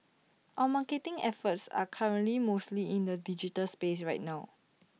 our marketing efforts are currently mostly in the digital space right now